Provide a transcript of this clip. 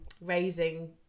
raising